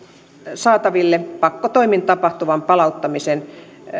saataville pakkotoimin tapahtuvan palauttamisen